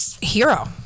hero